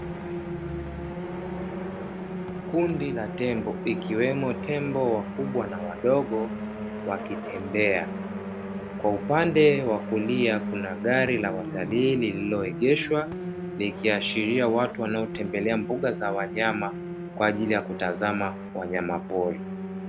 Kundi la tembo, likiwemo tembo wakubwa na wadogo wakitembea, kwa upande wa kulia kuna gari la watalii lililoegeshwa, likiashiria watu wanaotembelea mbuga za wanyama kwa ajili ya kutazama wanyamapori.